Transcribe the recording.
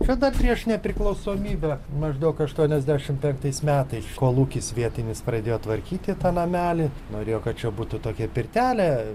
čia dar prieš nepriklausomybę maždaug aštuoniasdešimt penktais metais kolūkis vietinis pradėjo tvarkyti tą namelį norėjo kad čia būtų tokia pirtelė